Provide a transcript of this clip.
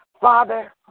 Father